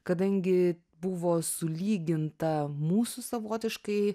kadangi buvo sulyginta mūsų savotiškai